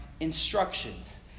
Instructions